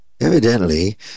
Evidently